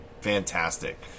fantastic